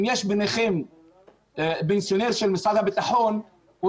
אם יש ביניכם פנסיונר של משרד הביטחון הוא